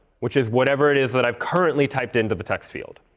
which is whatever it is that i've currently typed into the text field.